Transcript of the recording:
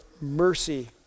mercy